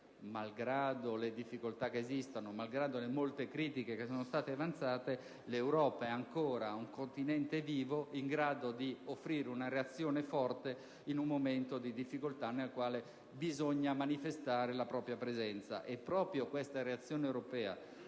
malgrado le difficoltà esistenti e le molte critiche avanzate, l'Europa sia ancora un continente vivo, in grado di offrire una reazione forte in un momento di difficoltà nel quale bisogna manifestare la propria presenza. E questa reazione europea,